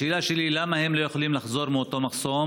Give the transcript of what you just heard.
השאלה שלי: למה הם לא יכולים לחזור מאותו מחסום